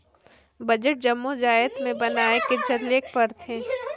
budget जम्मो जाएत में बनाए के चलेक परथे